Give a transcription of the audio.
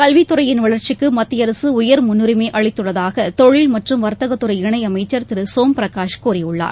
கல்வித்துறையின் வளர்ச்சிக்கு மத்திய அரசு உயர் முன்னுரிமை அளித்துள்ளதாக தொழில் மற்றும் வர்த்தகத் துறை இணையமைச்சர் திரு சோம் பிரகாஷ் கூறியுள்ளார்